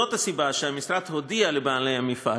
זאת הסיבה שהמשרד הודיע לבעלי המפעל,